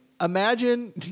imagine